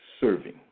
serving